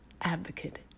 advocate